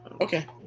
Okay